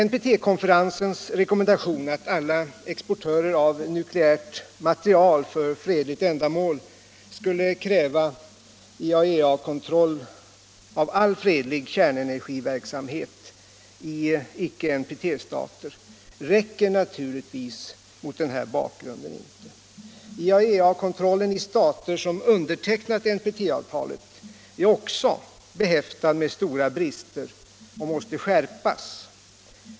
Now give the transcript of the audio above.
NPT-konferensens rekommendation att alla exportörer av nukleärt material för fredligt ändamål skulle kräva IAEA-kontroll av fredlig kärnenergiverksamhet i icke NPT-stater räcker naturligt mot denna bakgrund inte. IAEA-kontrollen i stater som undertecknat NPT-avtalet är också behäftad med stora brister och måste skärpas.